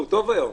הוא טוב היום.